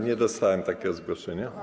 Nie dostałem takiego zgłoszenia.